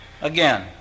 Again